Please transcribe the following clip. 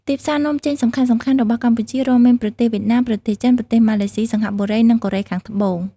ទីផ្សារនាំចេញសំខាន់ៗរបស់កម្ពុជា រួមមាន ប្រទេសវៀតណាម ប្រទេសចិន ប្រទេសម៉ាឡេស៊ី សិង្ហបុរី និងកូរ៉េខាងត្បូង។